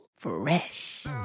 fresh